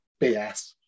BS